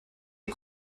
les